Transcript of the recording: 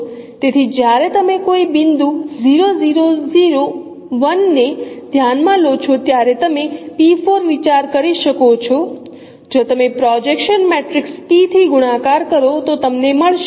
તેથી જ્યારે તમે કોઈ બિંદુ ને ધ્યાન માં લો છો ત્યારે તમે વિચાર કરી શકો છો જો તમે પ્રોજેક્શન મેટ્રિક્સ P થી ગુણાકાર કરો તો તમને મળશે